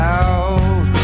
out